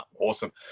Awesome